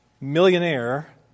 millionaire